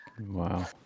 wow